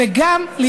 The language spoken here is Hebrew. וגם להיות,